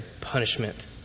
punishment